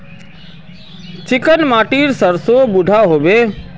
Chicken माटित सरसों बढ़ो होबे?